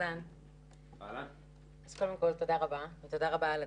תודה רבה על הדיון.